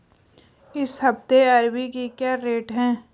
इस हफ्ते अरबी के क्या रेट हैं?